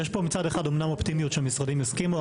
יש פה מצד אחד אמנם אופטימיות שהמשרדים הסכימו.